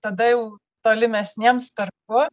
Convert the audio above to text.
tada jau tolimesniems perku